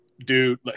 Dude